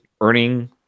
earning